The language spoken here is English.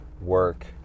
work